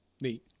Neat